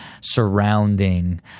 surrounding